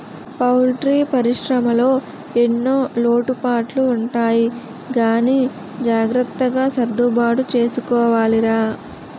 poultry పరిశ్రమలో ఎన్నో లోటుపాట్లు ఉంటాయి గానీ జాగ్రత్తగా సర్దుబాటు చేసుకోవాలిరా